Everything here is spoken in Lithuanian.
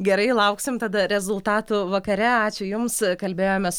gerai lauksim tada rezultatų vakare ačiū jums kalbėjomės